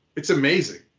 it's amazing.